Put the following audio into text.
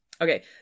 okay